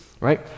right